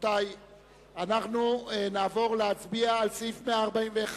אנחנו עוברים להסתייגות לסעיף (ד),